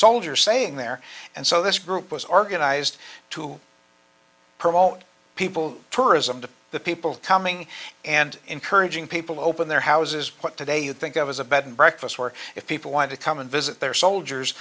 soldiers saying there and so this group was organized to promote people tourism to the people coming and encouraging people open their houses put today you think of as a bed and breakfast where if people wanted to come and visit their soldiers